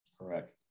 Correct